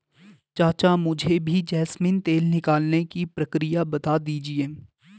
चाचा मुझे भी जैस्मिन तेल निकालने की प्रक्रिया बता दीजिए